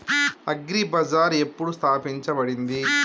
Agri bazaar ఎప్పుడు స్థాపించబడింది?